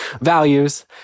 values